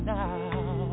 now